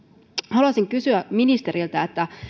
haluaisin kysyä ministeriltä